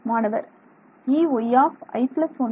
மாணவர் Eyi 12 j